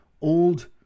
old